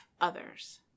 others